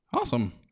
Awesome